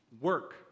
Work